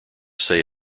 say